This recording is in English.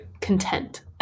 content